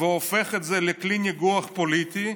והופך את זה לכלי ניגוח פוליטי,